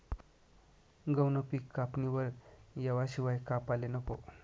गहूनं पिक कापणीवर येवाशिवाय कापाले नको